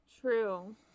True